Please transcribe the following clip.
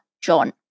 John